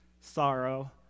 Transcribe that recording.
sorrow